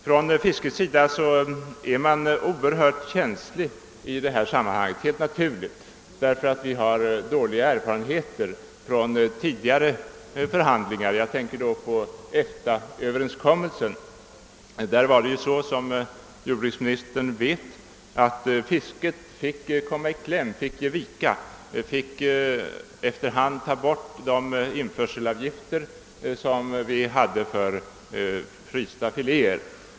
Från fiskets sida är man oerhört känslig för frågor av detta slag, vilket är helt naturligt med de dåliga erfarenheter som man har från tidigare förhandlingstillfällen. Jag tänker då närmast på EFTA-överenskommelsen. Där var det så, som jordbruksministern vet, att fisket kom i kläm och vi fick ge vika och efter hand ta bort de införselavgifter som fanns för frysta filéer.